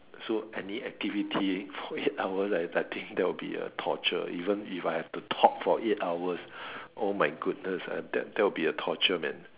so any activity for eight hours I I think that would be a torture even if I had to talk for eight hours oh my goodness I that that would be a torture man